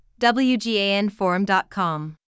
WGANForum.com